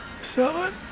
seven